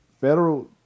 Federal